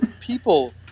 people